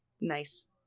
Nice